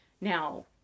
now